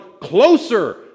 closer